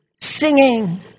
singing